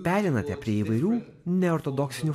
pereinate prie įvairių neortodoksinių